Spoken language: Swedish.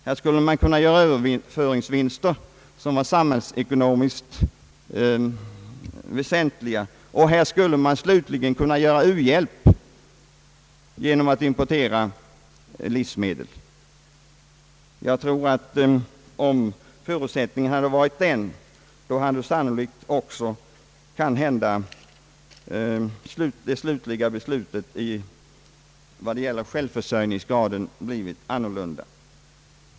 Här skulle man, enligt detta påstående, kunna göra Ööverföringsvinster som var samhällsekonomiskt väsentliga, och här skulle man slutligen kunna ge u-hjälp genom att importera livsmedel. Om förutsättningarna varit sådana hade sannolikt också det avgörande beslutet beträffande försörjningsgraden blivit annorlunda.